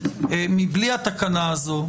מבלי התקנה הזו,